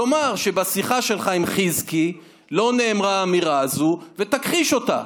תאמר שבשיחה שלך עם חזקי לא נאמרה האמירה הזו ותכחיש אותה.